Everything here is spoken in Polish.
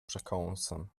przekąsem